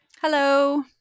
Hello